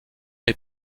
est